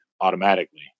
automatically